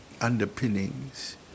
underpinnings